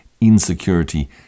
insecurity